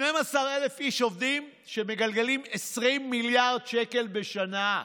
12,000 עובדים שמגלגלים 20 מיליארד שקל בשנה.